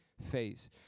phase